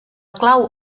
clau